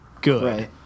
good